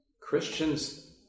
Christians